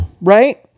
right